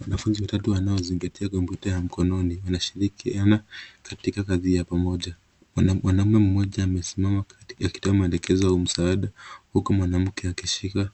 Wanafunzi watatu wanaozingatia kompyuta ya mkononi, wakishirikiana katika kazi ya pamoja. Mwanaume mmoja amesimama akitoa maelekezo ya msaada, huku mwanamke akishika